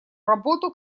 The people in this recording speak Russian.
работу